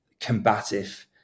combative